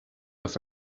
off